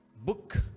book